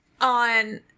on